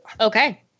Okay